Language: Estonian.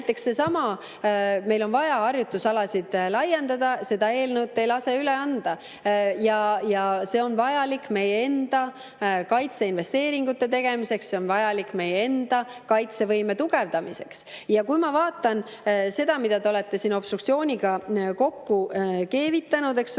Näiteks seesama: meil on vaja harjutusalasid laiendada – seda eelnõu te ei lase üle anda. See on vajalik meie enda kaitseinvesteeringute tegemiseks, see on vajalik meie enda kaitsevõime tugevdamiseks. Kui ma vaatan seda, mida te olete siin obstruktsiooniga kokku keevitanud, eks ole,